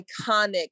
iconic